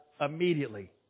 immediately